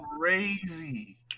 crazy